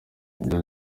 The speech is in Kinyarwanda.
ibyo